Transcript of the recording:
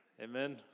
Amen